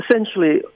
essentially